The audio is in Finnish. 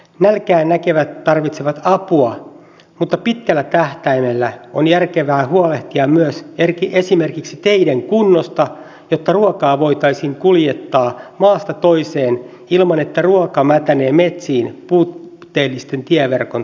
nälkää näkevät tarvitsevat apua mutta pitkällä tähtäimellä on järkevää huolehtia myös esimerkiksi teiden kunnosta jotta ruokaa voitaisiin kuljettaa maasta toiseen ilman että ruoka mätänee metsiin puutteellisen tieverkon takia